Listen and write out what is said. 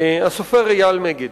הסופר אייל מגד,